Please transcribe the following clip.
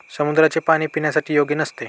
समुद्राचे पाणी पिण्यासाठी योग्य नसते